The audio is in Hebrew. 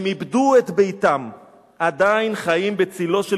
הם איבדו את ביתם/ עדיין חיים בצלו של